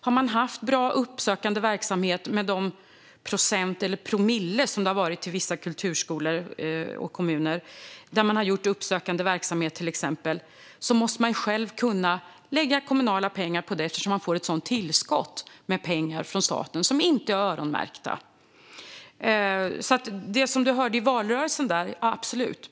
Om man har haft bra uppsökande verksamhet med de procent eller promille som har gått till vissa kulturskolor och kommuner, där man till exempel har haft sådan verksamhet, måste man själv kunna lägga kommunala pengar på detta eftersom man får ett tillskott av pengar från staten som inte är öronmärkta. När det gäller det som du hörde i valrörelsen, Vasiliki Tsouplaki: Absolut!